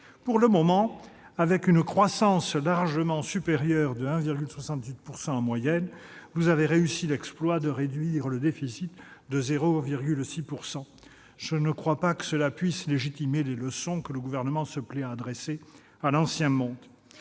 Pour le moment, avec une croissance largement supérieure, de 1,68 % en moyenne, vous avez réussi l'exploit de réduire le déficit de 0,6 %! Je ne crois pas que cela puisse légitimer les leçons que le Gouvernement se plaît à adresser à l'« ancien monde